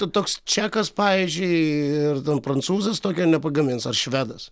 tu toks čekas pavyzdžiui ir prancūzas tokio nepagamins ar švedas